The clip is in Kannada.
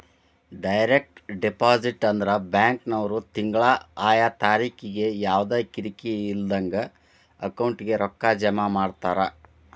ಡೈರೆಕ್ಟ್ ಡೆಪಾಸಿಟ್ ಅಂದ್ರ ಬ್ಯಾಂಕಿನ್ವ್ರು ತಿಂಗ್ಳಾ ಆಯಾ ತಾರಿಕಿಗೆ ಯವ್ದಾ ಕಿರಿಕಿರಿ ಇಲ್ದಂಗ ಅಕೌಂಟಿಗೆ ರೊಕ್ಕಾ ಜಮಾ ಮಾಡ್ತಾರ